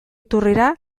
iturrira